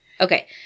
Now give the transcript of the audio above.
Okay